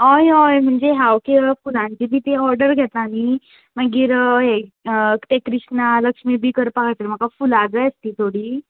हय हय म्हणजे हांव केळ फुलांची बी ती ऑर्डर घेता न्ही मागीर हें ते कृष्णा लक्ष्मी बी करपा खातीर म्हाका फुलां जाय आसलीं थोडी